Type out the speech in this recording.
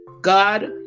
God